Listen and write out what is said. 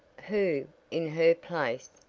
who, in her place,